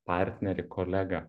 partnerį kolegą